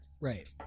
Right